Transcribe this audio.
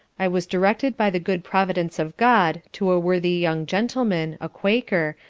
i was directed by the good providence of god to a worthy young gentleman, a quaker,